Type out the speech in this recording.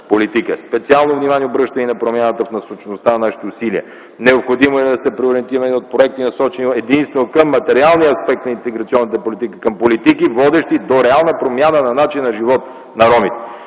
Специално внимание обръщаме и на промяната в насочеността на нашите усилия. Необходимо е да се преориентираме от проекти, насочени единствено към материалния аспект на интеграционната политика, към политики, водещи до реална промяна на начина на живот на ромите.